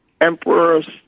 emperors